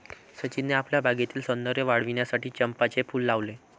सचिनने आपल्या बागेतील सौंदर्य वाढविण्यासाठी चंपाचे फूल लावले